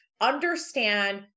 Understand